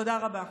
תודה רבה.